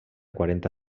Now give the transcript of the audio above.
quaranta